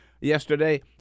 Yesterday